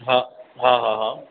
हा हा हा